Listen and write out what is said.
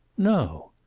no!